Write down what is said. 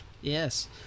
Yes